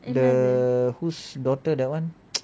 the whose daughter that [one]